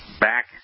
back